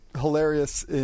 hilarious